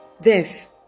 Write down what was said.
death